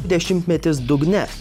dešimtmetis dugne